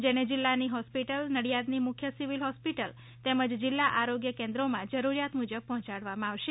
જેને જિલ્લાની હોસ્પિટલ નડિયાદની મુખ્ય સિવિલ હોસ્પિટલ તેમજ જિલ્લા આરોગ્ય કેન્દ્રોમાં જરૂરિયાત મુજબ પહોંચાડવામાં આવશે